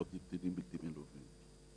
הם לא קטינים לא מלווים.